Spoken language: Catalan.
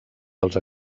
dels